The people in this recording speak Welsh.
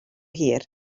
hir